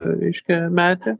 reiškia metė